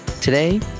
Today